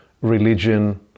religion